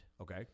Okay